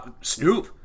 Snoop